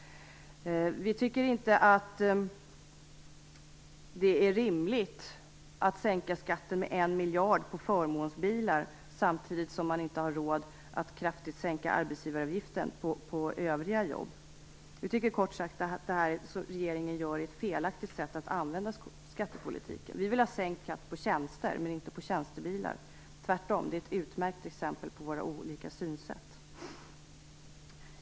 Vi tycker inte att det är rimligt att sänka skatten med en miljard på förmånsbilar samtidigt som man inte har råd att kraftigt sänka arbetsgivaravgiften på övriga jobb. Vi tycker kort sagt att det regeringen gör är ett felaktigt sätt att använda skattepolitiken. Vi vill ha sänkt skatt på tjänster, inte på tjänstebilar. Det är ett utmärkt exempel på våra olika synsätt.